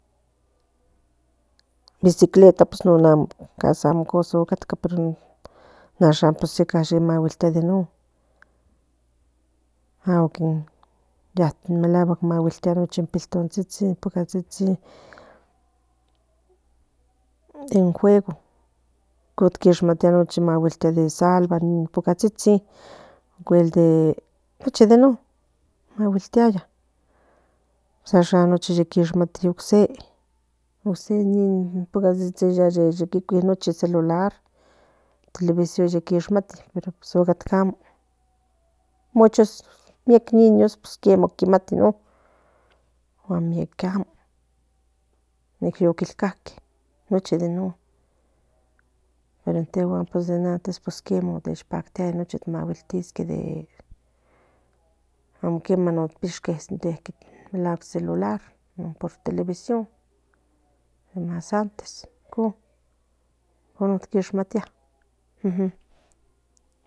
Bisitleta non amo casi amo ocatca nashan pues maguiltis de nochi un pipiltontsitsin popocatsitsin in juego conquishmatia de in salva in popocatsitsin o cuel nochi de non maguiltia nochi isquimati ose pocatsitsi te cuicuintsin in celular quishmsti otcatca amo muchos miek niños icpati non y mieke amo yo quilcatque nochi de non pero in tejuan pues antes in non neshecpactiaba maguiltis amo opiaya in celular o televisión más antes icon icon quishmatia